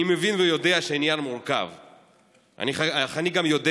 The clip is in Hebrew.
אני מבין ויודע שהעניין מורכב, אך אני גם יודע